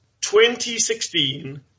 2016